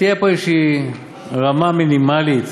שתהיה פה איזושהי רמה מינימלית,